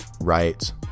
right